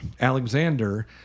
Alexander